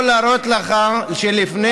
אבל אם כולם ייסעו לעומאן לא יהיו פה תאונות דרכים,